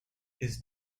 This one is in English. his